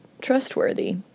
trustworthy